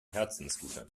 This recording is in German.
herzensguter